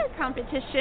competition